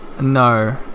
no